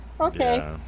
Okay